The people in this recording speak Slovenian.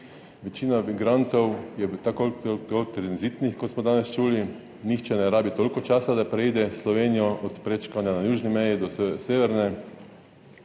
Večina migrantov je tako ali tako tranzitnih, kot smo danes čuli. Nihče ne rabi toliko časa, da preide Slovenijo od prečkanja na južni meji do severne.